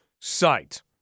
site